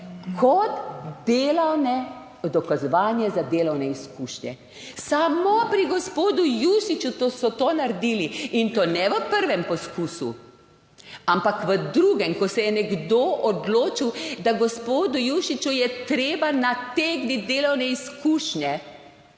kot dokazovanje za delovne izkušnje. Samo pri gospodu Jušiću so to naredili in to ne v prvem poskusu, ampak v drugem, ko se je nekdo odločil, da gospodu Jušiću je treba nategniti delovne izkušnje